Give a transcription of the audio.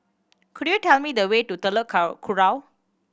could you tell me the way to Telok Kurau